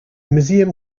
museum